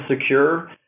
secure